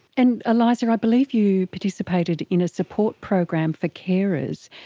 and eliza, i believe you participated in a support program for carers,